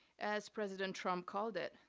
as president trump called it.